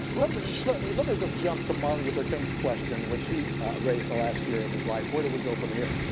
let me let me just jump to martin luther king's question which he raised in the last year of his life. where do we go from here?